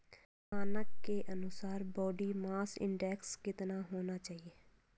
मानक के अनुसार बॉडी मास इंडेक्स कितना होना चाहिए?